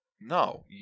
No